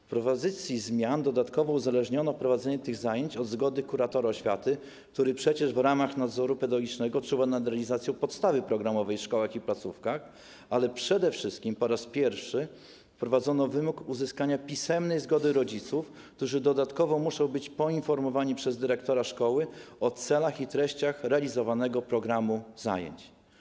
W propozycji zmian dodatkowo uzależniono prowadzenie tych zajęć od zgody kuratora oświaty, który przecież w ramach nadzoru pedagogicznego czuwa nad realizacją podstawy programowej w szkołach i placówkach, ale przede wszystkim po raz pierwszy wprowadzono wymóg uzyskania pisemnej zgody rodziców, którzy dodatkowo muszą być poinformowani przez dyrektora szkoły o celach i treściach realizowanego programu zajęć.